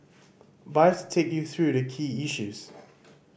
but take you through the key issues